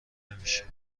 نمیشیم